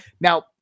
Now